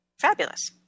fabulous